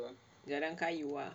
jalan kayu ah